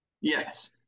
Yes